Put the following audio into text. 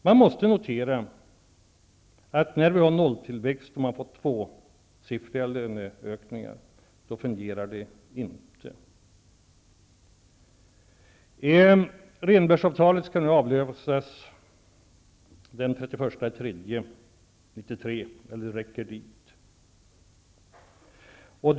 Man måste notera, att när vi har nolltillväxt och man får tvåsiffriga löneökningar, fungerar det inte. Rehnbergsavtalet skall avlösas den 31 mars 93 av ett nytt, så långt löper Rehnbergsavtalet.